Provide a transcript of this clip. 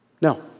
no